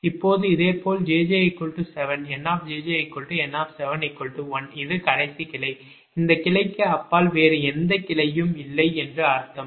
இப்போது இதேபோல் jj7 NjjN71 இது கடைசி கிளை இந்த கிளைக்கு அப்பால் வேறு எந்த கிளையும் இல்லை என்று அர்த்தம்